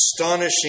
astonishing